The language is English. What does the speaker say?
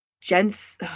gents